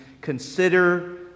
consider